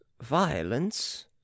violence